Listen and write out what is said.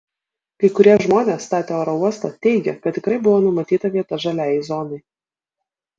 kai kurie žmonės statę oro uostą teigė kad tikrai buvo numatyta vieta žaliajai zonai